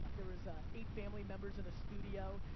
there was ah eight family members in a studio.